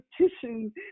petition